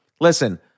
listen